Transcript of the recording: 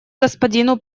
господину